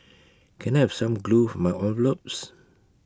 can I have some glue for my envelopes